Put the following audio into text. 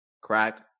crack